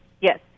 Yes